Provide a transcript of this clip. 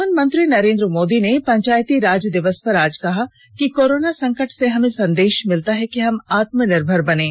प्रधानमंत्री नरेंद्र मोदी ने पंचायती राज दिवस पर आज कहा कि कोरोना संकट से हमें संदेश मिलता है कि हम आत्मनिर्भर बनें